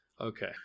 Okay